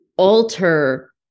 alter